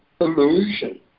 illusion